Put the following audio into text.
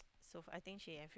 so I think she have